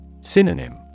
Synonym